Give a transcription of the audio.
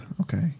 Okay